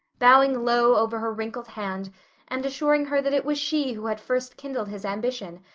bowing low over her wrinkled hand and assuring her that it was she who had first kindled his ambition,